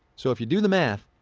so if you do the math,